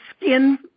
skin